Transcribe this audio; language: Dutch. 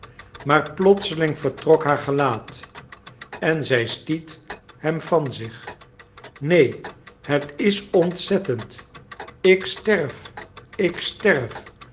maar plotseling vertrok haar gelaat en zij stiet hem van zich neen het is ontzettend ik sterf ik sterf